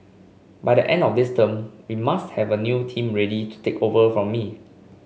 by the end of this term we must have a new team ready to take over from me